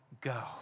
go